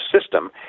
system